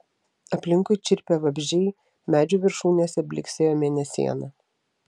aplinkui čirpė vabzdžiai medžių viršūnėse blyksėjo mėnesiena